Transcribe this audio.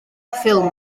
ffilm